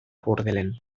bordelen